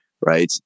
right